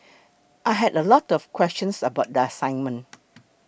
I had a lot of questions about the assignment